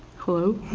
hello?